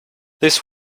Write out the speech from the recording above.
this